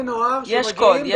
יש קוד,